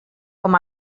com